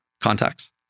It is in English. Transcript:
contacts